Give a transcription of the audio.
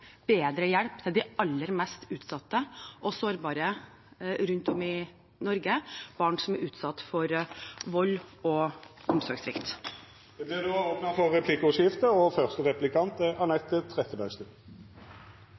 bedre hjelp til de aller mest utsatte og sårbare rundt om i Norge, barn som er utsatt for vold og omsorgssvikt. Det vert replikkordskifte. Etter at statsministeren i høst åpnet døren for forhandlinger om, og da innskrenkninger i, abortloven, er